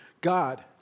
God